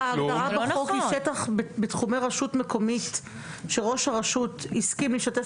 ההגדרה בחוק היא שטח בתחומי רשות מקומית שראש הרשות הסכים להשתתף